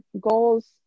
goals